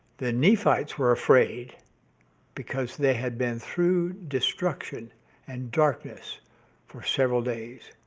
the nephites were afraid because they had been through destruction and darkness for several days.